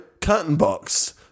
Curtainbox